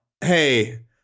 Hey